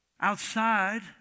Outside